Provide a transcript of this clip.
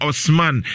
Osman